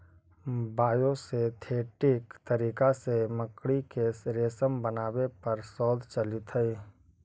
biosynthetic तरीका से मकड़ी के रेशम बनावे पर शोध चलित हई